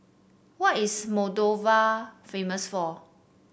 what is Moldova famous for